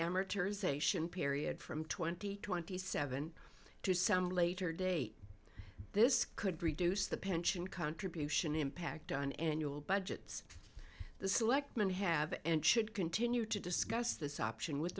amortization period from twenty twenty seven to some later date this could reduce the pension contribution impact on annual budgets the selectmen have and should continue to discuss this option with